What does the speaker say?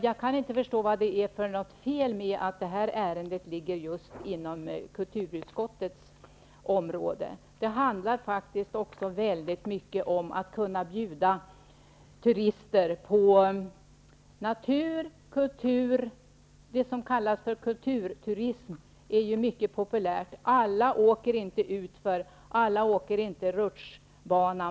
Jag kan inte förstå vad det är för fel med att det här ärendet ligger just inom kulturutskottets område. Det handlar faktiskt också väldigt mycket om att kunna bjuda turister på natur och kultur. Det som kallas kulturturism är mycket populärt. Alla åker inte skidor utför, och alla åker inte rutschbana.